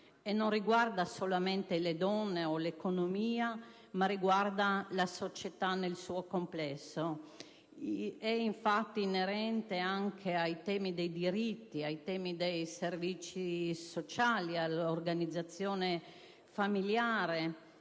e non riguarda soltanto le donne o l'economia, ma la società nel suo complesso. È infatti inerente anche ai temi dei diritti e dei servizi sociali, all'organizzazione familiare,